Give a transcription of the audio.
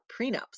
prenups